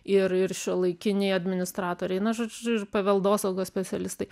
ir ir šiuolaikiniai administratoriai na žodžiu ir paveldosaugos specialistai